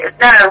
no